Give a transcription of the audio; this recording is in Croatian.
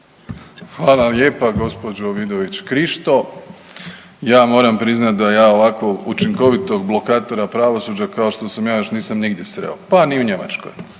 Hvala lijepa gospođo Vidović Krišto, ja moram priznati da ja ovako učinkovitog blokatora pravosuđa kao što sam ja još nisam nigdje sreo, pa ni u Njemačkoj.